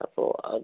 അപ്പോൾ അത്